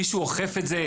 מישהו אוכף את זה?